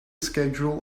schedule